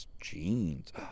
jeans